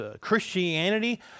Christianity